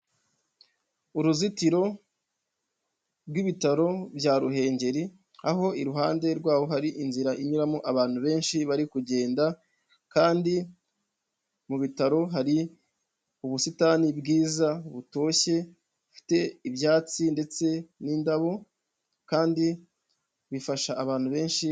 Uruzitiro rw'ibitaro bya Ruhengeri aho iruhande rwaho hari inzira inyuramo abantu benshi bari kugenda kandi mu bitaro hari ubusitani bwiza butoshye bufite ibyatsi ndetse n'indabo kandi bifasha abantu benshi.